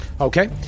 Okay